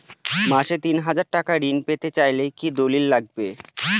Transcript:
মাসে তিন হাজার টাকা ঋণ পেতে চাইলে কি দলিল লাগবে?